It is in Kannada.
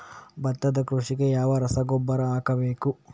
ಭತ್ತದ ಕೃಷಿಗೆ ಯಾವ ರಸಗೊಬ್ಬರ ಹಾಕಬೇಕು?